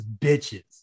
bitches